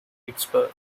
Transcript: pittsburgh